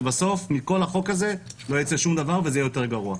ובסוף מכל החוק הזה לא ייצא שום דבר וזה יהיה יותר גרוע.